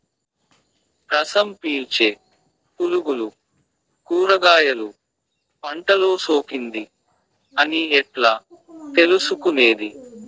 రసం పీల్చే పులుగులు కూరగాయలు పంటలో సోకింది అని ఎట్లా తెలుసుకునేది?